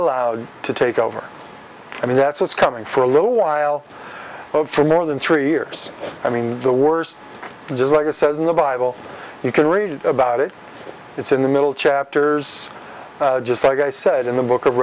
allowed to take over i mean that's what's coming for a little while for more than three years i mean the worst just like it says in the bible you can read about it it's in the middle chapters just like i said in the book of